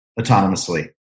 autonomously